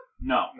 No